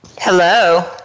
Hello